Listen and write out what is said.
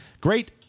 Great